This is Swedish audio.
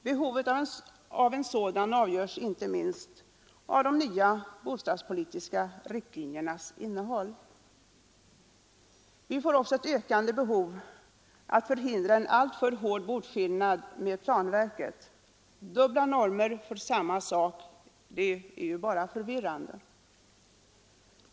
Behovet av en sådan avgörs inte minst av de nya bostadspolitiska riktlinjernas innehåll. Vi får också ett ökande behov av att förhindra en alltför stor boskillnad i förhållande till planverket. Dubbla normer för samma sak är bara förvirrande.